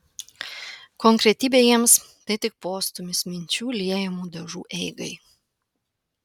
konkretybė jiems tai tik postūmis minčių liejamų dažų eigai